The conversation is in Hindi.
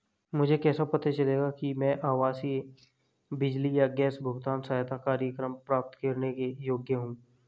मुझे कैसे पता चलेगा कि मैं आवासीय बिजली या गैस भुगतान सहायता कार्यक्रम प्राप्त करने के योग्य हूँ?